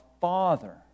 Father